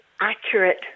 accurate